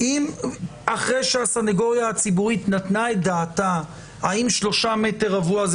אם אחרי שהסנגוריה הציבורית נתנה את דעתה האם 3 מ"ר זה